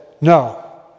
no